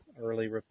early